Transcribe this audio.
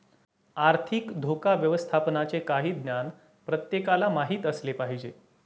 आर्थिक धोका व्यवस्थापनाचे काही ज्ञान प्रत्येकाला माहित असले पाहिजे